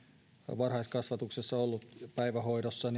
varhaiskasvatuksessa olleet päivähoidossa